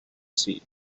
sea